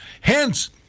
Hence